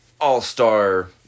all-star